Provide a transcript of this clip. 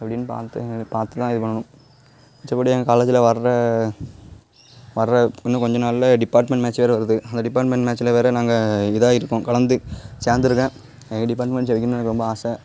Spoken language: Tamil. அப்படின்னு பார்த்து பார்த்து தான் இது பண்ணணும் மித்தபடி என் காலேஜ்ஜில் வர்ற வர்ற இன்னும் கொஞ்சம் நாளிலே டிபார்ட்மெண்ட் மேட்ச்சி வேறு வருது அந்த டிபார்ட்மெண்ட் மேட்ச்சில் வேறு நாங்கள் இதாகிருக்கோம் கலந்து சேர்ந்துருக்கேன் எங்கள் டிபார்ட்மெண்ட் ஜெயிக்கணும்னு எனக்கு ரொம்ப ஆசை